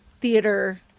theater